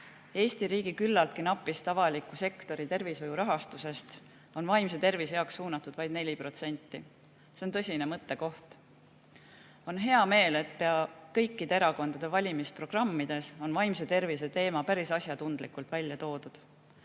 Eesti riigi küllaltki napist avaliku sektori tervishoiu rahastusest on vaimse tervise heaks suunatud vaid 4%. See on tõsine mõttekoht. On hea meel, et pea kõikide erakondade valimisprogrammides on vaimse tervise teema päris asjatundlikult välja toodud.